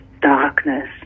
darkness